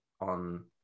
on